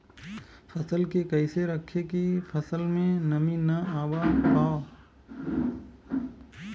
फसल के कैसे रखे की फसल में नमी ना आवा पाव?